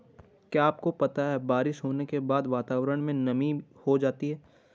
क्या आपको पता है बारिश होने के बाद वातावरण में नमी हो जाती है?